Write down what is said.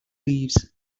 leaves